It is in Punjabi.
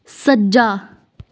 ਸੱਜਾ